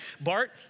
Bart